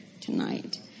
tonight